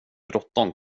bråttom